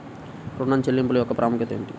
ఋణ చెల్లింపుల యొక్క ప్రాముఖ్యత ఏమిటీ?